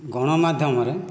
ଗଣମାଧ୍ୟମରେ